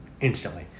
instantly